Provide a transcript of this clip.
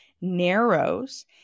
narrows